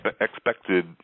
expected